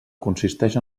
consisteix